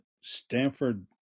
Stanford